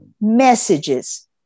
messages